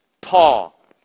Paul